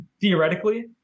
theoretically